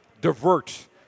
divert